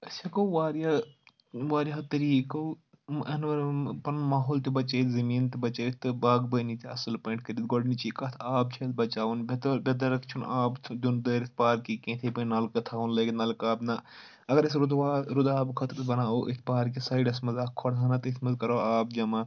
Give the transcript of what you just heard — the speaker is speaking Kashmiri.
أسۍ ہیٚکو واریاہ واریاہو طریٖقو ایٚنوران پَنُن ماحول تہِ بَچٲیِتھ زٔمیٖن تہِ بَچٲیِتھ تہٕ باغبٲنی تہِ اصٕل پٲٹھۍ کٔرِتھ گۄڈنِچی کَتھ آب چھُ اسہِ بَچاوُن بےٚ درٕد چھُنہٕ آب دیٛن دٲرِتھ پارکہِ کیٚنٛہہ نَلکہٕ تھاوُن لٲگِتھ نَلکہٕ آب نَہ اگر أسۍ رُدٕ وار رُدٕ آبہٕ خٲطرٕ بَناوو أتھۍ پارکہِ سایڈَس منٛز اَکھ کھۄڈ ہنا تٔتھۍ منٛز کَرو آب جمع